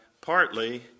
partly